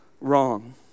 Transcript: wrong